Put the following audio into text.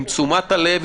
עם תשומת הלב,